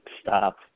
Stop